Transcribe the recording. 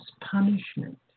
punishment